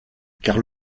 car